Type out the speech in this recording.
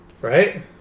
right